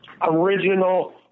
original